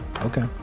Okay